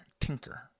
tinker